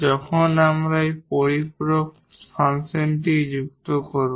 যখন আমরা এই কমপ্লিমেন্টরি ফাংশন যুক্ত করব